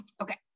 Okay